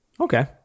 Okay